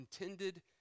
intended